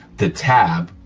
the tab,